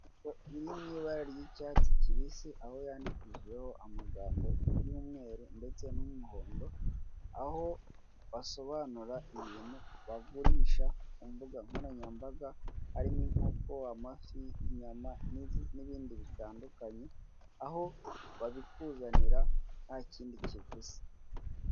Ibintu byaroroshye ntukiva iwawe ujyiye gushaka ibintu runaka ku kigo cyangwa se ahandi hantu, rero nawe nakugira inama yo kujya ubitumiza wibereye i wawe kuko birafasha cyane, kuri iki kirango biragaragara hariho ikinyabiziga kibitwara amazi, nimero zabo za terefone wabahamagaraho ndetse n'inshuti bifashisha bari guteka.